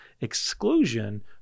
exclusion